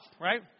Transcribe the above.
right